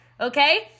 Okay